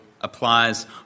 applies